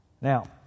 Now